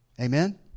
Amen